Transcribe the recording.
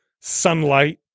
sunlight